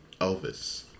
Elvis